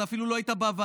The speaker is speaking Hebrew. אתה אפילו לא היית בוועדה,